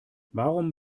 warum